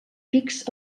pics